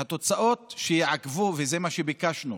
והתוצאות, שזה מה שביקשנו: